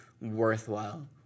worthwhile